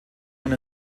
und